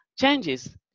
changes